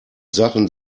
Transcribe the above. sachen